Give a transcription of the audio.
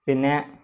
പിന്നേ